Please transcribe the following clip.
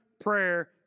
prayer